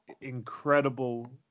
incredible